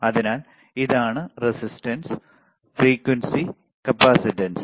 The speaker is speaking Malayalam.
അതിനാൽ ഇതാണ് റെസിസ്റ്റൻസ് ഫ്രീക്വൻസി കപ്പാസിറ്റൻസ്